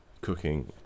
cooking